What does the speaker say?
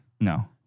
No